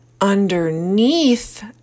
underneath